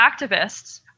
activists